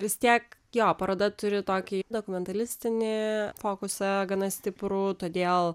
vis tiek jo paroda turi tokį dokumentalistinį fokusą gana stiprų todėl